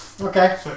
Okay